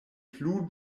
plu